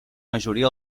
majoria